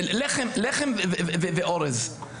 לחם ואורז.